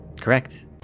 Correct